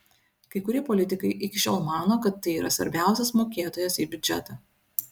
kai kurie politikai iki šiol mano kad tai yra svarbiausias mokėtojas į biudžetą